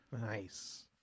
Nice